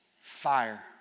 Fire